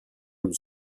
allo